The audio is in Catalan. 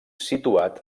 situat